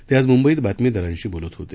ते आज मुंबईत बातमीदरांशी बोलत होते